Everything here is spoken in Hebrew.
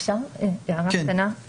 אפשר הערה קטנה?